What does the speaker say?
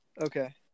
Okay